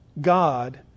God